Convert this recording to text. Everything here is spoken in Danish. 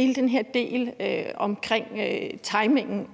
hele den her del omkring timingen